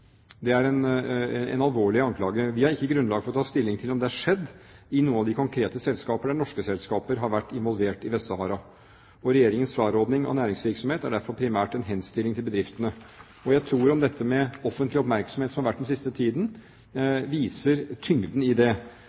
Det er en alvorlig anklage. Vi har ikke grunnlag for å ta stilling til om det har skjedd i noen av de konkrete tilfeller der norske selskaper har vært involvert i Vest-Sahara, og Regjeringens frarådning om næringsvirksomhet er derfor primært en henstilling til bedriftene. Jeg tror at den offentlige oppmerksomhet som har vært den siste tiden, viser tyngden i det.